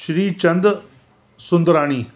Shrichandra Sundrani